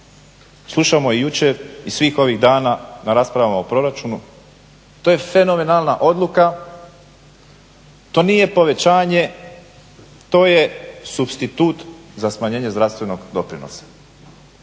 slušamo jučer i svih ovih dana na raspravama o proračunu to je fenomenalna odluka, to nije povećanje, to je suspstitut za smanjenje zdravstvenog doprinosa.